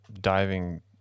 diving